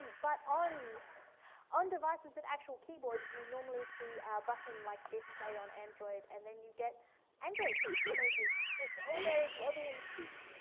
but on on devices with actual keyboards, you normally see a ah button like this, say on android, and then you get android emoji, which are all very blobby and cute.